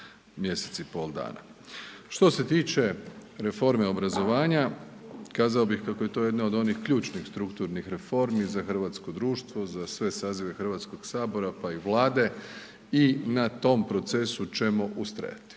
mjesec i pol dana. Što se tiče reforme obrazovanja kazao bih kako je to jedna od onih ključnih strukturnih reformi za hrvatsko društvo, za sve sazive Hrvatskog sabora pa i Vlade i na tom procesu ćemo ustrajati.